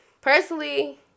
personally